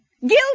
Guilty